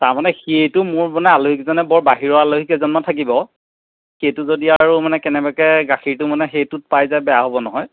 তাৰমানে সেইটো মোৰ মানে আলহী কেইজনে বৰ বাহিৰৰ আলহী কেইজনমান থাকিব সেইটো যদি আৰু মানে কেনেবাকৈ গাখীৰটো মানে সেইটোত পাই যায় বেয়া হ'ব নহয়